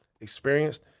experienced